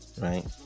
right